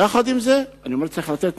יחד עם זה, אני אומר שצריך לתת מענה,